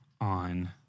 on